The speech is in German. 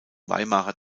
weimarer